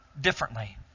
differently